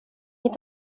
inte